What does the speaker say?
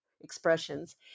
expressions